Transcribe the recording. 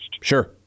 Sure